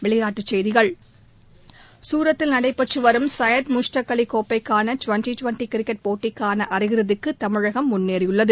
விளையாட்டுச் செய்திகள் சூரத்தில் நடைபெற்று வரும் சையது முஸ்டாக் அலி கோப்பைக்கான டிவெண்டி டிவெண்டி கிரிக்கெட் போட்டிக்கான அரையிறுதிக்கு தமிழகம் முன்னேறியுள்ளது